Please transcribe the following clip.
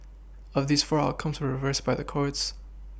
of these four outcomes were reversed by the courts